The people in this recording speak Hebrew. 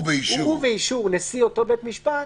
ובאישור אותו נשיא בית המשפט,